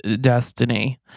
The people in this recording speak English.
Destiny